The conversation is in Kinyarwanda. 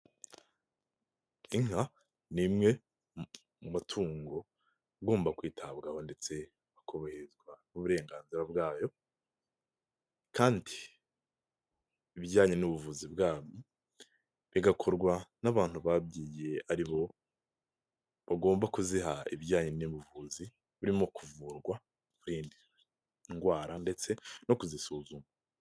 Inka ni imwe mu mutungo ugomba kwitabwaho ndetse ukubahirizwa n'uburenganzira bwayo kandi bijyanye n'ubuvuzi bwayo bigakorwa n'abantu babyigiye ari bo bagomba kuziha ibijyanye n'ubuvuzi birimo kuvurwa kurindi ndwara ndetse no kuzisuzuma.